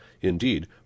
Indeed